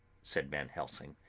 said van helsing,